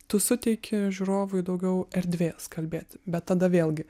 tu suteiki žiūrovui daugiau erdvės kalbėti bet tada vėlgi